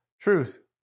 Truth